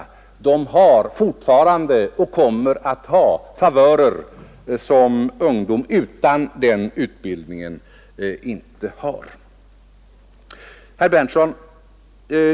De har fortfarande och kommer att ha favörer som ungdomar utan den utbildningen inte har.